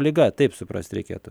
liga taip suprast reikėtų